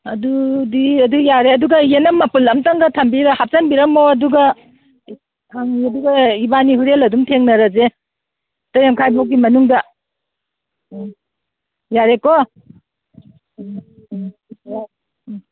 ꯑꯗꯨꯗꯤ ꯑꯗꯨ ꯌꯥꯔꯦ ꯑꯗꯨꯒ ꯌꯦꯅꯝ ꯃꯄꯨꯟ ꯑꯝꯇꯪꯒ ꯍꯥꯞꯆꯤꯟꯕꯤꯔꯝꯃꯣ ꯑꯗꯨꯒ ꯑꯗꯨꯒ ꯏꯕꯥꯟꯅꯤ ꯍꯣꯔꯦꯟ ꯑꯗꯨꯝ ꯊꯦꯡꯅꯔꯁꯦ ꯇꯔꯦꯠ ꯃꯈꯥꯏ ꯐꯥꯎꯒꯤ ꯃꯅꯨꯡꯗ ꯎꯝ ꯌꯥꯔꯦꯀꯣ ꯎꯝ ꯎꯝ ꯎꯝ ꯎꯝ